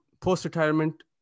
post-retirement